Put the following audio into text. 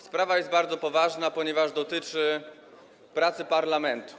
Sprawa jest bardzo poważna, ponieważ dotyczy pracy parlamentu.